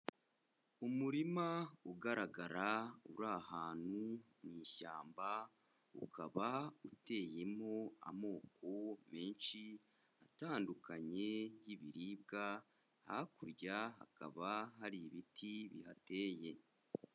Umurima ugaragara uri ahantu mu ishyamba, ukaba uteyemo amoko menshi atandukanye y'ibiribwa, hakurya hakaba hari ibiti bihateye.